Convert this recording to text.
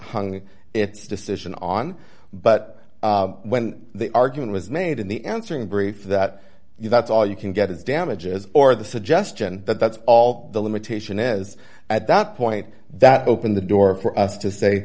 hung its decision on but when the argument was made in the answering brief that you that's all you can get is damages or the suggestion that that's all the limitation is at that point that opened the door for us to say